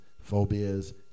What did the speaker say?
phobias